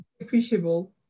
appreciable